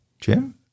Jim